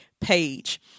page